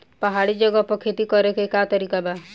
पहाड़ी जगह पर खेती करे के का तरीका बा?